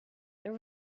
there